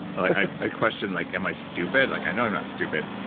i questioned like, am i stupid? like i know i'm not stupid.